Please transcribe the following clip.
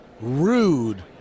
rude